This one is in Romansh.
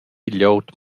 glieud